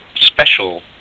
special